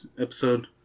episode